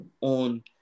on